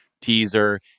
teaser